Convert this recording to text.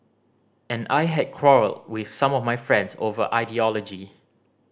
and I had quarrelled with some of my friends over ideology